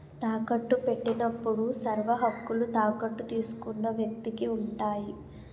తాకట్టు పెట్టినప్పుడు సర్వహక్కులు తాకట్టు తీసుకున్న వ్యక్తికి ఉంటాయి